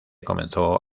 comenzó